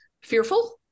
fearful